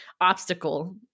obstacle